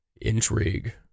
Intrigue